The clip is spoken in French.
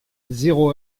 zéro